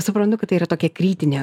suprantu kad tai yra tokia kritinė